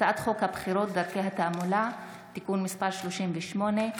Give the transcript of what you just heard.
הצעת חוק הבחירות (דרכי התעמולה) (תיקון מס' 38),